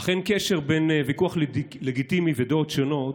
אך אין קשר בין ויכוח לגיטימי ודעות שונות,